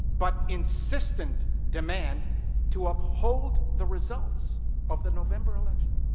but insistent demand to uphold the results of the november elections.